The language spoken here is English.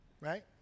Right